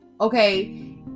okay